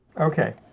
Okay